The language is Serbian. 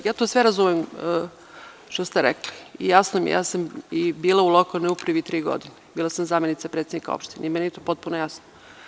Ja to sve razumem što ste rekli, jasno mi je, ja sam bila u lokalnoj upravi tri godine, bila sam zamenica predsednika opštine, i meni je to potpuno jasno.